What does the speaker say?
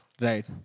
Right